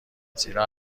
زیرا